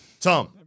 Tom